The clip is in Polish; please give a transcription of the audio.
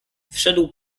wszedł